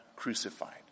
Crucified